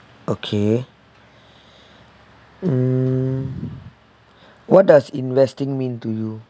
okay hmm what does investing mean to you